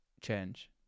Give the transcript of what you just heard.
change